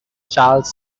charles